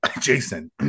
Jason